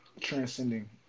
transcending